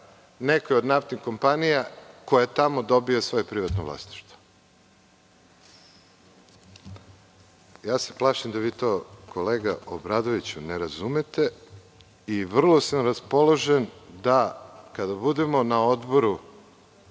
nekoj od naftnih kompanija koja tamo dobija svoje privatno vlasništvo. Plašim se da vi to, kolega Obradoviću, ne razumete i vrlo sam raspoložen da, kada budemo na Odboru